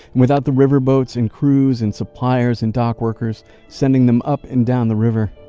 without the riverboats and crews and suppliers and dock workers sending them up and down the river,